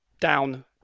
down